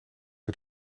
het